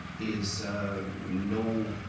is no